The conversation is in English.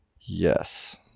yes